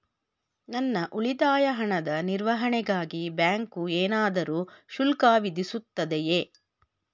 ನನ್ನ ಉಳಿತಾಯ ಹಣದ ನಿರ್ವಹಣೆಗಾಗಿ ಬ್ಯಾಂಕು ಏನಾದರೂ ಶುಲ್ಕ ವಿಧಿಸುತ್ತದೆಯೇ?